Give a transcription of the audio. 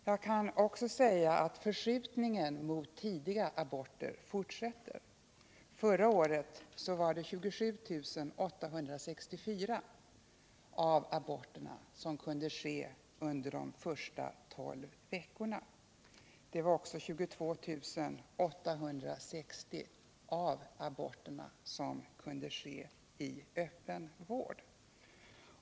Jag kan också säga att förskjutningen i riktning mot tidiga aborter fortsätter. Förra året kunde 27 864 av aborterna utföras under de första tolv veckorna. Det var då också 22 860 av aborterna som kunde utföras i öppen vård.